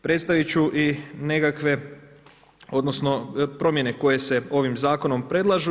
Predstavit ću i nekakve odnosno promjene koje se ovim zakonom predlažu.